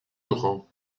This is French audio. laurent